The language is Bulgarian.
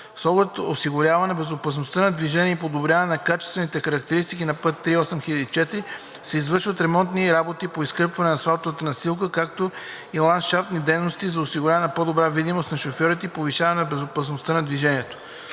С оглед осигуряване безопасността на движение и подобряване на качествените характеристики на път III-8004, се извършват ремонтни работи по изкърпване на асфалтовата настилка, както и ландшафтни дейности за осигуряване на по-добра видимост на шофьорите и повишаване безопасността на движение.